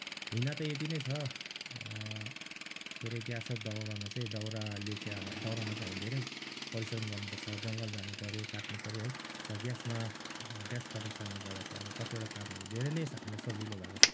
भिन्नता यति नै छ के अरे ग्यास र दाउरामा चाहिँ दाउराले चाहिँ दाउरामा चाहिँ हामी धेरै परिश्रम गर्नुपर्छ जङ्गल जानुपऱ्यो काट्नुपऱ्यो है ग्यासमा ग्यास प्रोडक्सनले गर्दा चाहिँ अब कतिवटा कामहरू धेरै नै हामीलाई सजिलो भएको छ